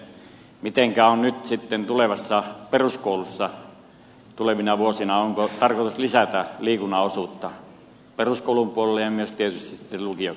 mitenkä on nyt sitten tulevassa peruskoulussa tulevina vuosina onko tarkoitus lisätä liikunnan osuutta peruskoulun puolelle ja myös tietysti sitten lukiossa jatkona